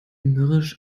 mürrisch